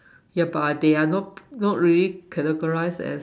yeah but they are not not really categorised as